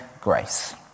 grace